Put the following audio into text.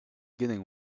getting